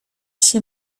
się